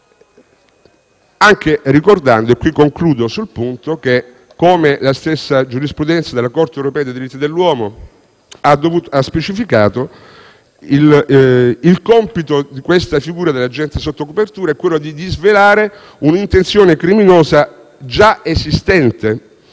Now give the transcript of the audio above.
legge. Ricordo, in conclusione, che la stessa giurisprudenza della Corte europea dei diritti dell'uomo ha specificato che il compito della figura dell'agente sotto copertura è quello di disvelare un'intenzione criminosa già esistente.